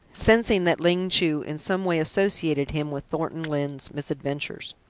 sensing that ling chu in some way associated him with thornton lyne's misadventures.